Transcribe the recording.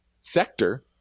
sector